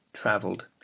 travelled,